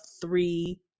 three